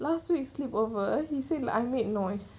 last week sleep over he said I made noise